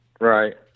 right